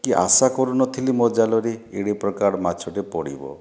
କି ଆଶା କରୁନଥିଲି ମୋ' ଜାଲରେ ଏଡ଼େ ପ୍ରକାର ମାଛଟିଏ ପଡ଼ିବ